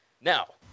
Now